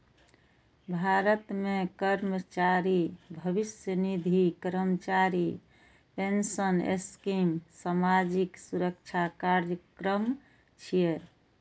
भारत मे कर्मचारी भविष्य निधि, कर्मचारी पेंशन स्कीम सामाजिक सुरक्षा कार्यक्रम छियै